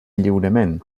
lliurement